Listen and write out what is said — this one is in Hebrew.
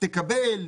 תקבל,